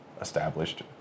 established